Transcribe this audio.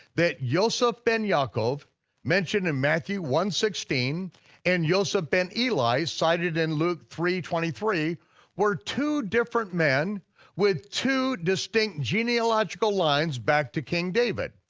that yoseph ben yaakov mentioned in matthew one sixteen and yoseph ben eli sighted in luke three twenty three were two different men with two distinct genealogical lines back to king david,